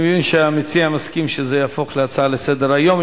אני מבין שהמציע מסכים שזה יהפוך להצעה לסדר-היום.